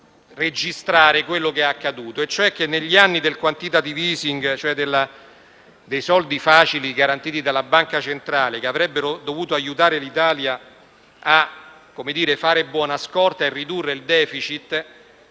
registrare quello che è accaduto e cioè che negli anni del *quantitative easing*, cioè dei soldi facili garantiti dalla Banca centrale, che avrebbero dovuto aiutare l'Italia a fare buona scorta e ridurre il *deficit*,